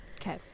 Okay